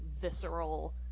visceral